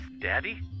daddy